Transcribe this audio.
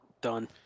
Done